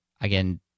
again